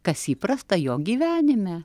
kas įprasta jo gyvenime